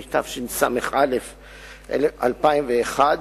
התשס"א 2001,